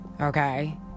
okay